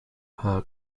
her